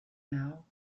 now